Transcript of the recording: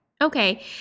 okay